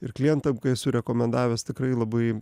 ir klientam kai esu rekomendavęs tikrai labai